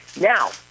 Now